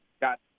got